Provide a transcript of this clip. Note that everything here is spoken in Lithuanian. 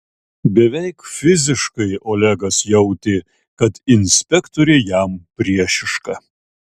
beveik fiziškai olegas jautė kad inspektorė jam priešiška